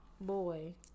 Boy